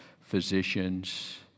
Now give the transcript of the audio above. physicians